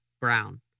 brown